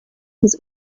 his